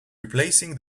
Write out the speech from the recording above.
replacing